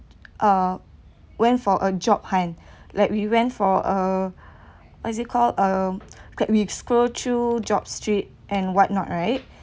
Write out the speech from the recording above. uh went for a job hunt like we went for uh physi~ um okay we scroll through Jobstreet and what not right